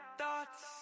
thoughts